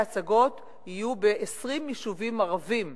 וההצגות יהיו ב-20 יישובים ערביים.